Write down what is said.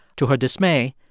to her dismay,